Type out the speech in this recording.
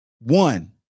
One